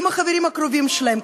עם החברים הקרובים שלהם,